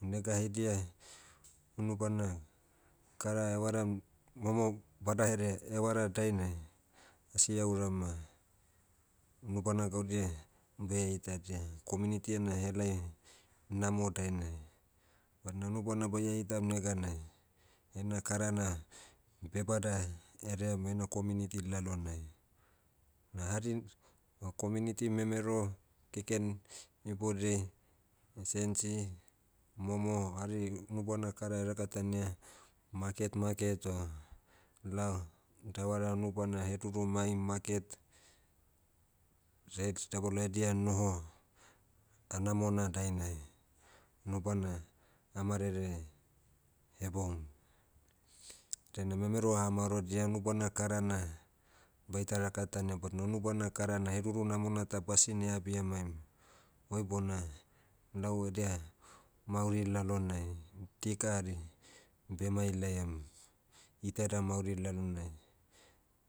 Nega haidia, unubana, kara evaram, momo- badaherea, evara dainai, asi auram ma, unubana gaudia, beh itadia, community ena helai, namo dainai. Badina unubana baia itam neganai, hena kara na, beh bada, heream heina community lalonai. Nahari- o community memero, keken, ibodiai, esensi, momo hari unubana kara erakatania, maket maket o, lao, davara unubana heduru mai maket. dabalao edia noho, anamona dainai, nubana, amarere, heboum. Dainai memero aha maorodia unubana kara na, baita rakatania badina unubana kara na heduru namona ta basine abia maim, oi bona, lau edia, mauri lalonai. Dika hari, beh mailaiam, iteda mauri lalonai.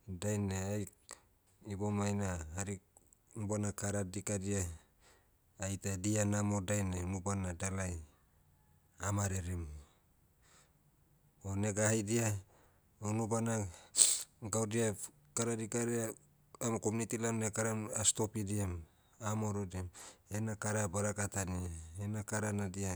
Dainai ai, ibomai na hari, unubana kara dikadia, aita dia namo dainai nubana dalai, amarerem. O nega haidia, hounubana gaudia, kara dikadia, ama community lalonai akaram ah stopidiam. Aha maorodiam, hena kara barakatania. Hena kara na dia